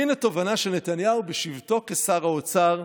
והינה תובנה של נתניהו בשבתו כשר האוצר,